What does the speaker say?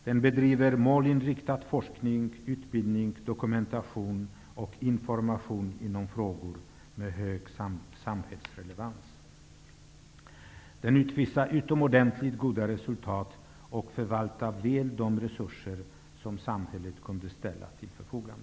Där bedrivs målinriktad forskning, utbildning, dokumentation och information inom frågor med hög samhällsrelevans. Institutet uppvisar utomordentligt goda resultat och förvaltar väl de resurser som samhället kunnat ställa till förfogande.